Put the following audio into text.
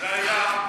זה היה,